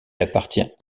appartient